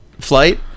flight